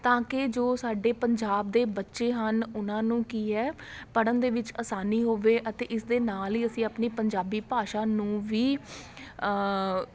ਤਾਂ ਕਿ ਜੋ ਸਾਡੇ ਪੰਜਾਬ ਦੇ ਬੱਚੇ ਹਨ ਉਹਨਾਂ ਨੂੰ ਕੀ ਹੈ ਪੜ੍ਹਨ ਦੇ ਵਿੱਚ ਆਸਾਨੀ ਹੋਵੇ ਅਤੇ ਇਸ ਦੇ ਨਾਲ ਹੀ ਅਸੀਂ ਆਪਣੀ ਪੰਜਾਬੀ ਭਾਸ਼ਾ ਨੂੰ ਵੀ